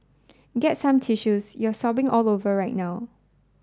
get some tissues you're sobbing all over right now